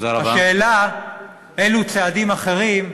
השאלה היא אילו צעדים אחרים,